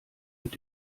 mit